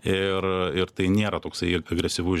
ir ir tai nėra toksai agresyvus